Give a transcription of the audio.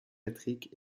métrique